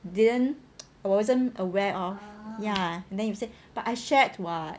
didn't wasn't aware of ya then you say but I shared [what]